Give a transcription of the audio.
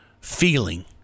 feeling